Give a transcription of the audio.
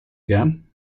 gern